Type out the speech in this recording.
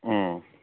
ꯎꯝ